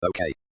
okay